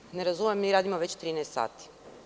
Zaista, ne razumem, mi radimo već 13 sati.